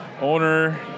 owner